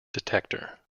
detector